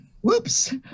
Whoops